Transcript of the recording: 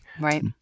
Right